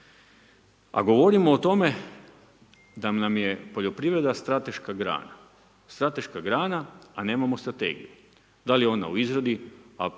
A govorimo o tome, da nam je poljoprivreda strateška grana, strateška grana, a nemamo strategiju, da li je ona u izradi,